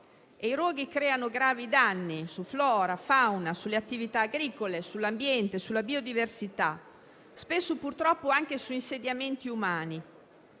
i roghi creano gravi danni a flora, fauna, attività agricole, ambiente, biodiversità e spesso, purtroppo, anche agli insediamenti umani.